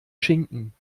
schinken